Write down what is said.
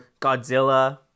Godzilla